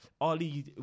Ali